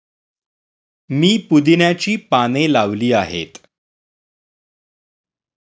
मी पुदिन्याची पाने लावली आहेत